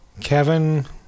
Kevin